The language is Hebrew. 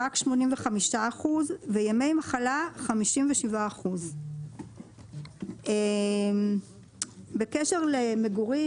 רק 85% וימי מחלה 57%. בקשר למגורים,